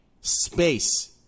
space